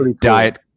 diet